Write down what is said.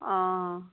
অঁ